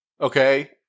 Okay